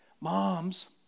Moms